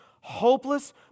hopeless